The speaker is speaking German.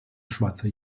schweizer